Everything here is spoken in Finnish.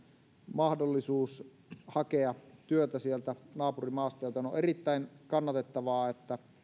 mahdollisuus hakea työtä sieltä naapurimaasta joten on erittäin kannatettavaa että